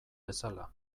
bezala